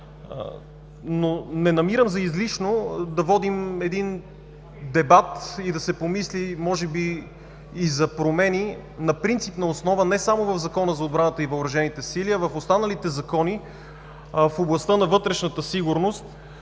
но не намирам за излишно да водим един дебат и да се помисли може би и за промени на принципна основа не само в Закона за отбраната и въоръжените сили, а и в останалите закони в областта на вътрешната сигурност,